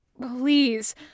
Please